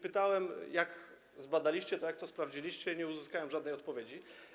Pytałem, jak to zbadaliście, jak to sprawdziliście, i nie uzyskałem żadnej odpowiedzi.